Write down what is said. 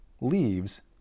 leaves